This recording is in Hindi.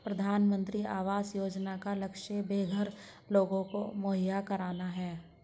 प्रधानमंत्री आवास योजना का लक्ष्य बेघर लोगों को घर मुहैया कराना है